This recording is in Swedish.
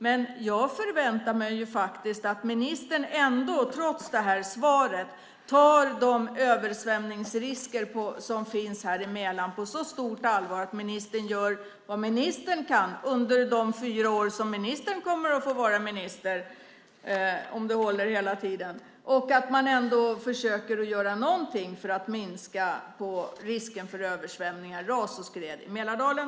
Men jag förväntar mig faktiskt att ministern ändå, trots det här svaret, tar de översvämningsrisker som finns i Mälaren på så stort allvar att ministern gör vad ministern kan under de fyra år som ministern får vara minister, om det håller hela tiden, för att försöka minska risken för översvämning, ras och skred i Mälardalen.